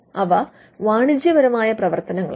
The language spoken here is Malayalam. അവ വാണിജ്യപരമായ പ്രവർത്തനങ്ങളാണ്